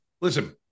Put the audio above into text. listen –